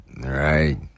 Right